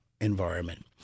environment